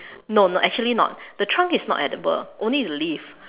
no no actually not the trunk is not edible only the leaf